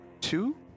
two